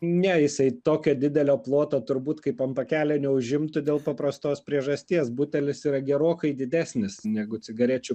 ne jisai tokio didelio ploto turbūt kaip an pakelio neužimtų dėl paprastos priežasties butelis yra gerokai didesnis negu cigarečių